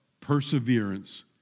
perseverance